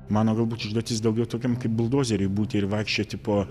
mano galbūt užduotis daugiau tokiam kaip buldozeriui būti ir vaikščioti po